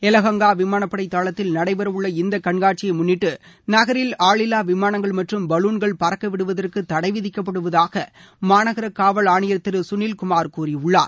எலஹங்கா விமானப்படை தளத்தில் நடைபெறவுள்ள இந்த கண்காட்சியை முன்னிட்டு நகரில் ஆளில்லா விமானங்கள் மற்றும் பலூன்கள் பறக்கவிடுவதற்கு தடை விதிக்கப்படுவதாக மாநகர காவல் ஆணையர் திரு சுனில் குமார் கூறியுள்ளார்